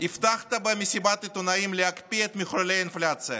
הבטחת במסיבת עיתונאים להקפיא את מחוללי האינפלציה,